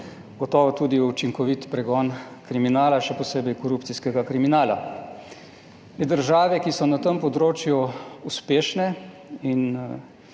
gotovo tudi učinkovit pregon kriminala, še posebej korupcijskega kriminala. Države, ki so na tem področju uspešne, in